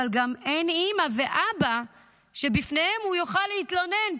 אבל גם אין אימא ואבא שבפניהם הוא יוכל להתלונן,